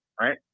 right